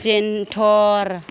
जेन्थर